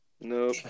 Nope